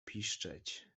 piszczeć